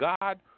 God